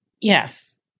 Yes